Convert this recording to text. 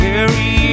Carry